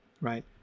Right